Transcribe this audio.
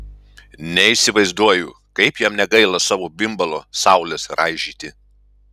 neįsivaizduoju kaip jam negaila savo bimbalo saules raižyti